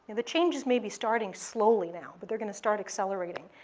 and the changes may be starting slowly now, but they're going to start accelerating.